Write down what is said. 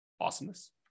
Awesomeness